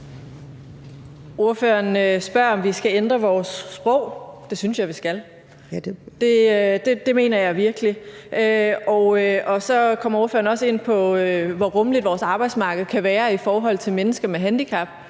Ordføreren spørger, om vi skal ændre vores sprog. Det synes jeg vi skal. Det mener jeg virkelig. Og så kommer ordføreren også ind på, hvor rummeligt vores arbejdsmarked kan være i forhold til mennesker med handicap.